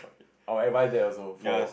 I will advise that also for